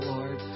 Lord